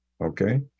Okay